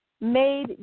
made